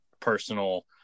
Personal